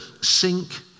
sink